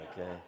okay